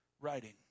writing